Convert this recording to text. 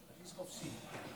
תרגיש חופשי.